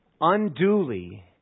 unduly